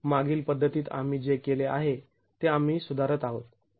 मागील पद्धतीत आम्ही जे केले आहे ते आम्ही सुधारत आहोत